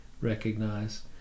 recognize